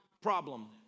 problem